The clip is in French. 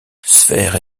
sphère